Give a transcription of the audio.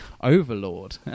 overlord